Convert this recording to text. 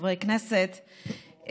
חברי הכנסת,